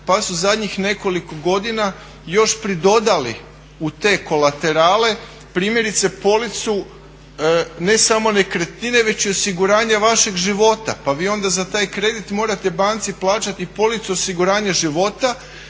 pa su zadnjih nekoliko godina još pridodali u te kolaterale primjerice policu ne samo nekretnine već i osiguranja vašeg života pa vi onda za taj kredit morate banci plaćat i policu osiguranja života,